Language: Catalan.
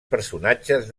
personatges